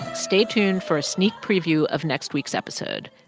stay tuned for a sneak preview of next week's episode.